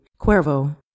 Cuervo